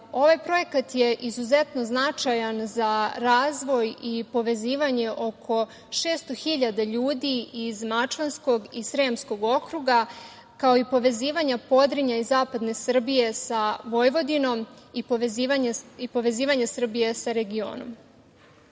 ovaj projekat je izuzetno značajan za razvoj i povezivanje oko 600 hiljada ljudi iz Mačvanskog i Sremskog okruga, kao i povezivanja Podrinja i Zapadne Srbije sa Vojvodinom i povezivanje Srbije sa regionom. Ovaj